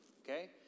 okay